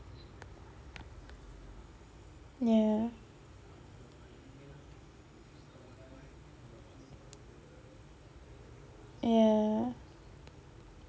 ya ya